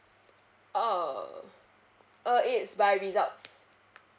oh oh it's by results